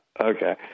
okay